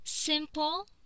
simple